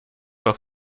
auch